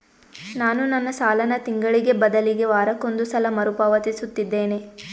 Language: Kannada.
ನಾನು ನನ್ನ ಸಾಲನ ತಿಂಗಳಿಗೆ ಬದಲಿಗೆ ವಾರಕ್ಕೊಂದು ಸಲ ಮರುಪಾವತಿಸುತ್ತಿದ್ದೇನೆ